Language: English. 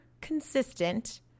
consistent